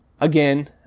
again